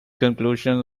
conclusions